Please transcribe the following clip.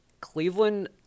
Cleveland